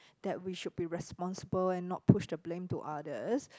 that we should be responsible and not push the blame to others